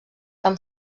amb